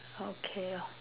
okay ah